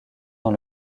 dans